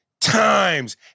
times